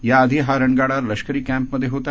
याआधी हा रणगाडा लष्करी कँम्पमधे होता